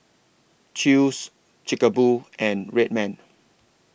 Chew's Chic A Boo and Red Man